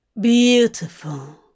Beautiful